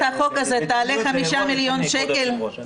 זה אירוע רציני, כבוד היושב-ראש.